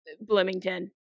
Bloomington